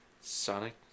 sonic